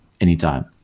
anytime